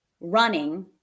running